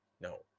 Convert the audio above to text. No